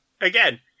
again